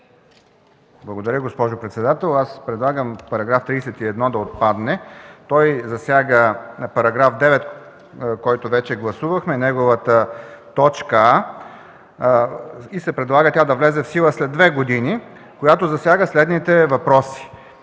Благодаря, госпожо председател. Аз предлагам § 31 да отпадне. Той засяга § 9, който вече гласувахме, неговата точка „а”. Предлага се тя да влезе в сила след две години. Тя засяга следните въпроси: